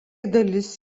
dalis